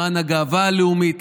למען הגאווה הלאומית,